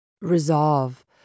resolve